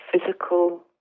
physical